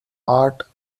art